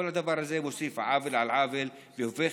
כל הדבר הזה מוסיף עוול על עוול והופך